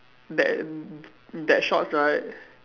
that that shorts right